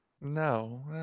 No